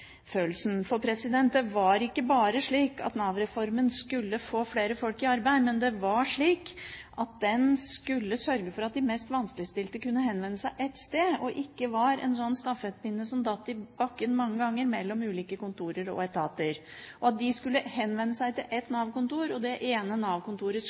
For det var ikke bare slik at Nav-reformen skulle få flere folk i arbeid, men det var slik at den skulle sørge for at de mest vanskeligstilte kunne henvende seg ett sted og ikke var en sånn stafettpinne som datt i bakken mange ganger, mellom ulike kontorer og etater. De skulle henvende seg til ett